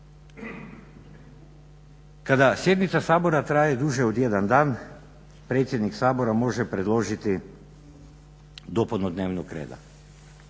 Kada sjednica Sabora traje duže od jedan dan predsjednik Sabora može predložiti dopunu dnevnog reda